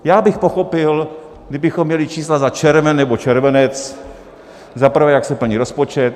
Já bych pochopil, kdybychom měli čísla za červen nebo červenec, za prvé, jak se plní rozpočet.